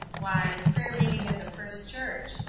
why, the prayer-meeting at the first church.